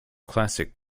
classic